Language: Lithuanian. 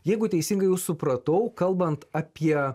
jeigu teisingai jus supratau kalbant apie